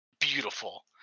beautiful